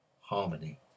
harmony